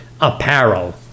apparel